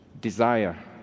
desire